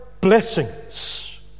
blessings